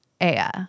Aya